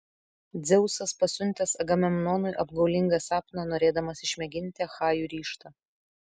dzeusas pasiuntęs agamemnonui apgaulingą sapną norėdamas išmėginti achajų ryžtą